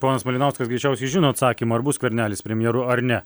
ponas malinauskas greičiausiai žino atsakymą ar bus skvernelis premjeru ar ne